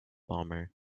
bomber